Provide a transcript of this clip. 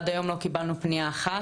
עד היום לא קיבלנו פניה אחת.